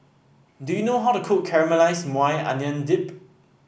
do you know how to cook Caramelized Maui Onion Dip